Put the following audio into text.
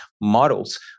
models